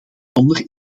zonder